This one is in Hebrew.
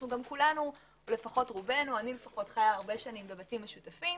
אני חיה הרבה שנים בבתים משותפים,